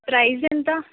price ఎంత